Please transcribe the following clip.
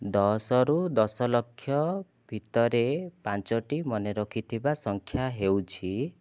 ଦଶରୁ ଦଶଲକ୍ଷ ଭିତରେ ପାଞ୍ଚଟି ମନେରଖିଥିବା ସଂଖ୍ୟା ହେଉଛି